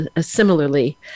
similarly